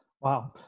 Wow